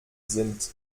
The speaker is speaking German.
sind